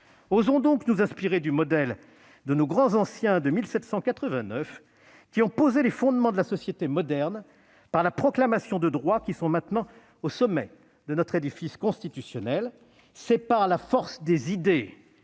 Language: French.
Osons donc nous inspirer du modèle de nos grands anciens de 1789, qui ont posé les fondements de la société moderne par la proclamation de droits qui sont maintenant au sommet de notre édifice constitutionnel. C'est par la force des idées